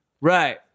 Right